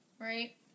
right